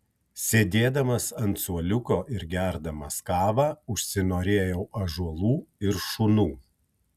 sėdėdamas ant suoliuko ir gerdamas kavą užsinorėjau ąžuolų ir šunų